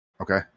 Okay